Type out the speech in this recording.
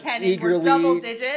eagerly